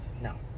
no